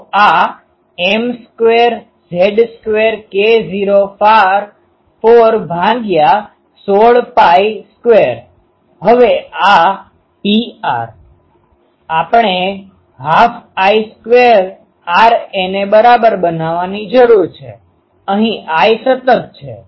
તો આ M2z0k04162Pr12I2RaM square Z0 k0 4 ભાગ્યા 16 પાઇ સ્ક્વેર હવે આ Pr આપણે હાફ I સ્ક્વેર Ra ને બરાબર બનાવવાની જરૂર છે અહીં I સતત છે